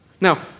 Now